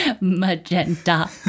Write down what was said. Magenta